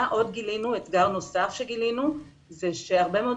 אתגר נוסף שגילינו הוא שהרבה מאוד